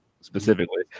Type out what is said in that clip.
specifically